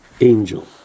angel